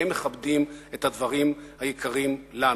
והם מכבדים את הדברים היקרים לנו.